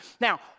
Now